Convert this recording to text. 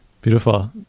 beautiful